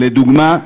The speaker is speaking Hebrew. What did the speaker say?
לדוגמה,